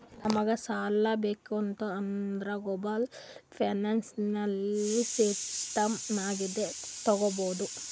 ನಮುಗ್ ಸಾಲಾ ಬೇಕಿತ್ತು ಅಂದುರ್ ಗ್ಲೋಬಲ್ ಫೈನಾನ್ಸಿಯಲ್ ಸಿಸ್ಟಮ್ ನಾಗಿಂದೆ ತಗೋಬೇಕ್